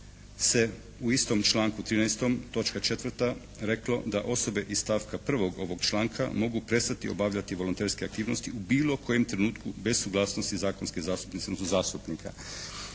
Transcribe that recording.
u istom članku 13. točka četvrta reklo da osobe iz stavka prvog ovog članka mogu prestati obavljati volonterske aktivnosti u bilo kojem trenutku bez suglasnosti zakonske zastupnice odnosno zastupnika.